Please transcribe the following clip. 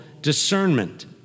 discernment